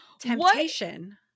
Temptation